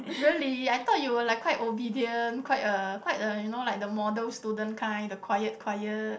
really I thought you will like quite obedient quite a quite a you know like the model student kind the quiet quiet